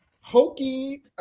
hokey –